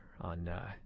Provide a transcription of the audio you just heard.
on